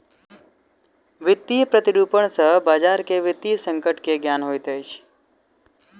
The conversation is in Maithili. वित्तीय प्रतिरूपण सॅ बजार के वित्तीय संकट के ज्ञात होइत अछि